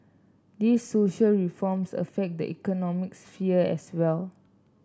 these social reforms affect the economic sphere as well